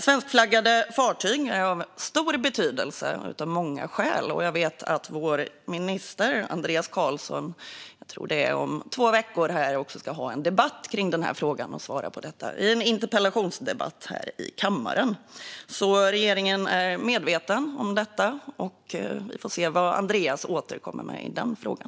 Svenskflaggade fartyg är av stor betydelse av många skäl. Jag vet att vår minister Andreas Carlson om ett par veckor ska ha en interpellationsdebatt kring detta här i kammaren. Regeringen är medveten om detta, och vi får se vad Andreas återkommer med i just den frågan.